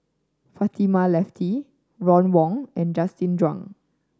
Fatimah Lateef Ron Wong and Justin Zhuang